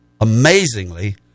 amazingly